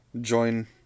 join